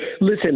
listen